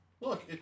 Look